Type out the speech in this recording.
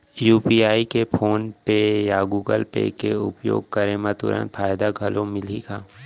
UPI के PhonePe या Google Pay के उपयोग करे म तुरंत फायदा घलो मिलही का?